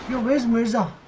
with some